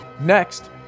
Next